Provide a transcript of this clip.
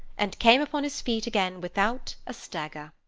and came upon his feet again without a stagger.